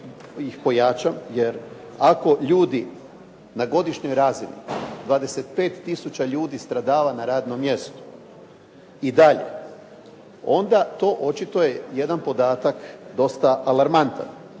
da ih pojačam jer ako ljudi na godišnjoj razini, 25 tisuća ljudi stradava na radnom mjestu i dalje, onda to očito je jedan podatak dosta alarmantan.